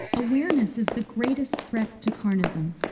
awareness is the greatest threat to carnism,